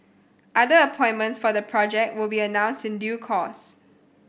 other appointments for the project will be announced in due course